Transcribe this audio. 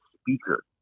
speaker